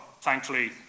Thankfully